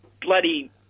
bloody